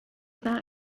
that